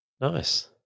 Nice